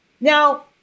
Now